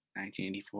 1984